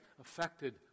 affected